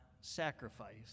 sacrifice